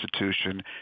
institution